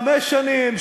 חמש שנים,